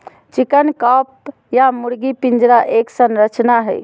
chicken coop या मुर्गी पिंजरा एक संरचना हई,